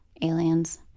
aliens